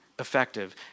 Effective